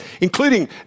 including